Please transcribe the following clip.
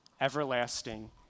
everlasting